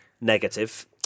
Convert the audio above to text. negative